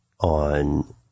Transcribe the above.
on